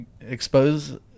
expose